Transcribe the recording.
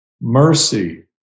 mercy